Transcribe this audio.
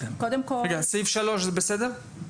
סעיף 3 זה בסדר?